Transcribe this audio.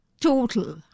total